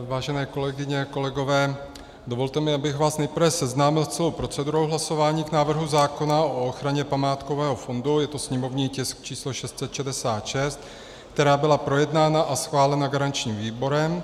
Vážené kolegyně a kolegové, dovolte mi, abych vás nejprve seznámil s celou procedurou hlasování k návrhu zákona o ochraně památkového fondu, je to sněmovní tisk číslo 666, která byla projednána a schválena garančním výborem.